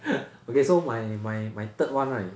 okay so my my my third one right